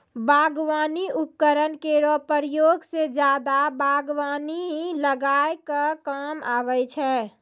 बागबानी उपकरन केरो प्रयोग सें जादा बागबानी लगाय क काम आबै छै